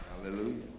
Hallelujah